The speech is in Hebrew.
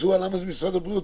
למה זה משרד הבריאות?